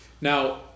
now